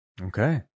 Okay